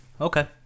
Okay